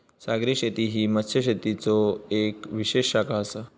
सागरी शेती ही मत्स्यशेतीचो येक विशेष शाखा आसा